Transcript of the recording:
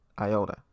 iota